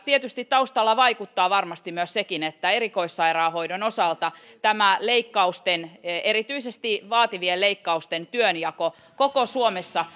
tietysti taustalla vaikuttaa varmasti sekin että erikoissairaanhoidon osalta tämä leikkausten erityisesti vaativien leikkausten työnjako koko suomessa